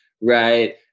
right